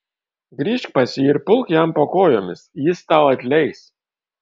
grįžk pas jį ir pulk jam po kojomis jis tau atleis